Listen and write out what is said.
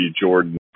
Jordan